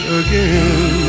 again